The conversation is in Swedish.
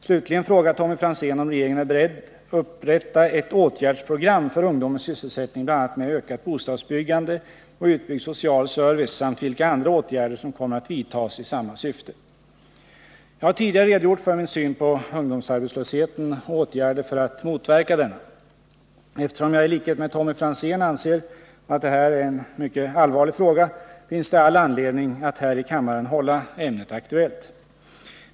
Slutligen frågar Tommy Franzén om regeringen är beredd upprätta ett åtgärdsprogram för ungdomens sysselsättning bl.a. med ökat bostadsbyggande och utbyggd social service samt vilka andra åtgärder som kommer att vidtas i samma syfte. Jag har tidigare redogjort för min syn på ungdomsarbetslösheten och åtgärder för att motverka denna. Eftersom jag i likhet med Tommy Franzén anser att detta är en mycket allvarlig fråga finns det all anledning att här i kammaren hålla ämnet aktuellt.